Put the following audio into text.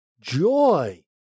joy